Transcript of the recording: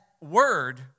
word